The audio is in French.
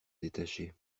détaché